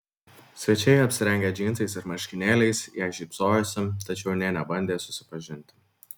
svečiai apsirengę džinsais ir marškinėliais jai šypsojosi tačiau nė nebandė susipažinti